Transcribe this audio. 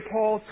Paul